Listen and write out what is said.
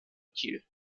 kiel